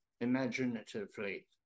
imaginatively